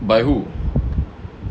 by who